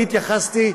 אני התייחסתי,